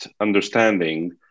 understanding